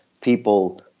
people